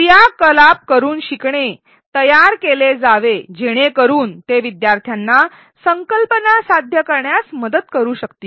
क्रियाकलाप करुन शिकणे तयार केले जावे जेणेकरुन ते विद्यार्थ्यांना संकल्पना साध्य करण्यात मदत करू शकतील